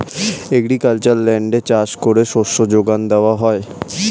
agricultural ল্যান্ডে চাষ করে শস্য যোগান দেওয়া হয়